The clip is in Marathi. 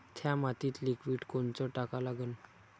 थ्या मातीत लिक्विड कोनचं टाका लागन?